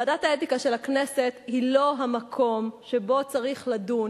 ועדת האתיקה של הכנסת היא לא המקום שבו צריך לדון